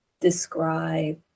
describe